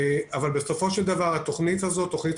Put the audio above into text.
אבל בסופו של דבר התכנית הזאת היא תכנית